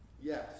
Yes